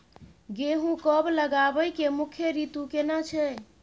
गेहूं कब लगाबै के मुख्य रीतु केना छै?